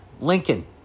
Lincoln